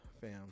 fam